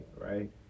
right